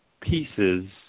pieces